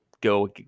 Go